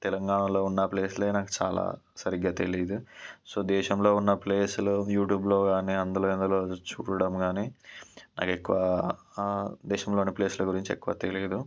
తెలంగాణలో ఉన్న ప్లేస్లే నాకు చాలా సరిగ్గా తెలియదు సో దేశంలో ఉన్న ప్లేస్లు యూట్యూబ్లో కాని అందులో ఇందులో చూడడం కాని నాకు ఎక్కువ దేశంలోని ప్లేస్లు గురించి ఎక్కువ తెలియదు